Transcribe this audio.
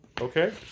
Okay